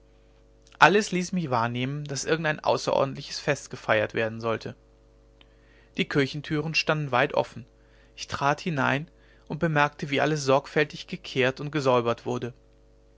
alles ließ mich wahrnehmen daß irgendein außerordentliches fest gefeiert werden solle die kirchentüren standen weit offen ich trat hinein und bemerkte wie alles sorgfältig gekehrt und gesäubert wurde